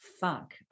Fuck